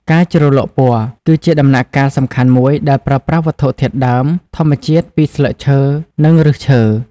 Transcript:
ការជ្រលក់ពណ៌ គឺជាដំណាក់កាលសំខាន់មួយ ដែលប្រើប្រាស់វត្ថុធាតុដើមធម្មជាតិពីស្លឹកឈើ និងឫសឈើ។